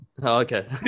Okay